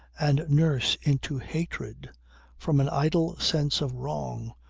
and nurse into hatred from an idle sense of wrong,